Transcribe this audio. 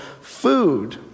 food